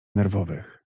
nerwowych